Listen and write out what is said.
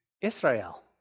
Israel